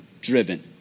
driven